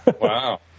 Wow